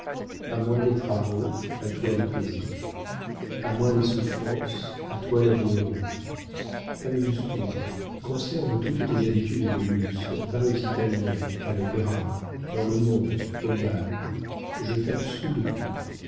a moi les travaux à toi les plaisirs à moi les souffrances à toi la vie heureuse amuse-toi conserve toutes tes habitudes de luxe va aux italiens à l'opéra dans le monde au bal je t'absous de tout